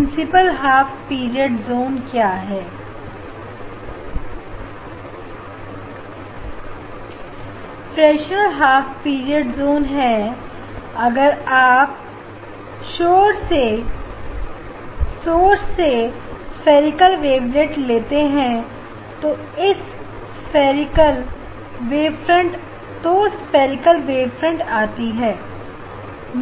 freestyle half period zone है अगर आप शोर से स्फेरिकल वेवलेट लेते हैं तो इस स्फेरिकल वेवफ्रंट आती हैं